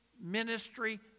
ministry